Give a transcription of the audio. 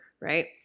Right